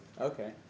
Okay